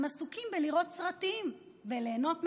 הם עסוקים בלראות סרטים וליהנות מהנוף.